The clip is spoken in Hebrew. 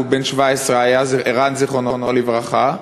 הוא היה בן 17, ערן, זיכרונו לברכה.